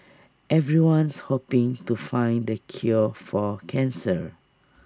everyone's hoping to find the cure for cancer